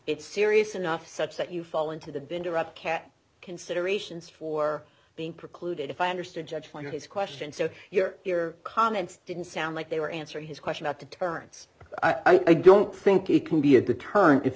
it's serious enough such that you fall into the vendor upcat considerations for being precluded if i understood judge by his question so your comments didn't sound like they were answer his question at the turns i don't think it can be a deterrent i